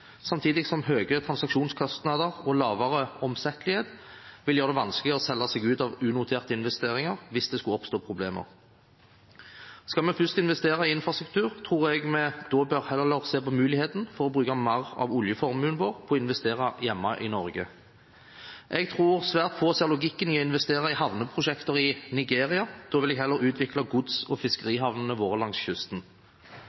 samtidig som høye transaksjonskostnader og lavere omsettelighet vil gjøre det vanskelig å selge seg ut av unoterte investeringer hvis det skulle oppstå problemer. Skal vi først investere i infrastruktur, tror jeg vi heller bør se på muligheten for å bruke mer av oljeformuen vår på å investere hjemme i Norge. Jeg tror svært få ser logikken i å investere i havneprosjekter i Nigeria. Da vil jeg heller utvikle gods- og